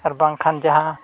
ᱟᱨ ᱵᱟᱝᱠᱷᱟᱱ ᱡᱟᱦᱟᱸ